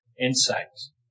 insights